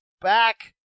back